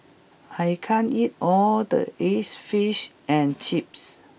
I can't eat all of this fish and chips